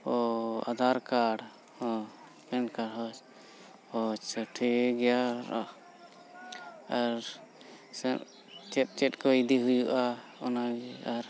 ᱚ Aadhaar card PAN card ᱦᱚᱸ ᱟᱪᱪᱷᱟ ᱴᱷᱤᱠ ᱜᱮᱭᱟ ᱟᱨ ᱥᱮ ᱪᱮᱫ ᱪᱮᱫ ᱠᱚ ᱤᱫᱤ ᱦᱩᱭᱩᱜᱼᱟ ᱚᱱᱟᱜᱮ ᱟᱨ